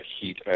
heat